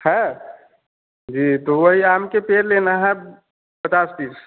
है जी तो वही आम के पेड़ लेना है पचास पीस